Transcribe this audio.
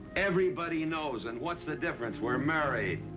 everybody knows, and what's the difference? we're married.